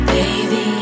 Baby